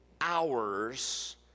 hours